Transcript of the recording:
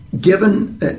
Given